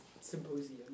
symposium